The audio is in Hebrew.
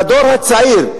והדור הצעיר,